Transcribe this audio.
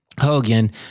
Hogan